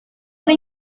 una